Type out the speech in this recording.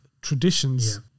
traditions